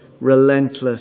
relentless